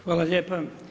Hvala lijepa.